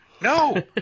No